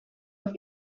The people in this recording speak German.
auf